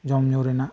ᱡᱚᱢ ᱧᱩ ᱨᱮᱱᱟᱜ